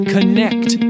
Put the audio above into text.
connect